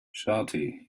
shawty